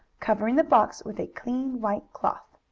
covering the box with a clean white cloth.